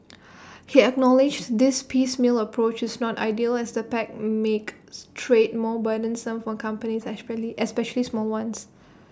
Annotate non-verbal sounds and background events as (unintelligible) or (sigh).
he acknowledged this piecemeal approach is not ideal as the pacts makes trade more burdensome for companies (unintelligible) especially small ones